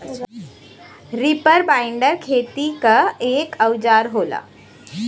reaper binder खेती क एक औजार होला